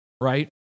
right